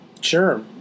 Sure